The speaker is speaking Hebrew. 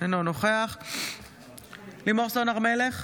אינו נוכח לימור סון הר מלך,